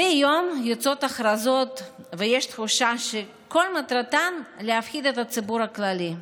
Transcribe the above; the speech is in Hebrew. מדי יום יוצאות הכרזות ויש תחושה שכל מטרתן להפחיד את הציבור הכללי,